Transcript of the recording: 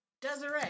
Desiree